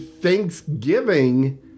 Thanksgiving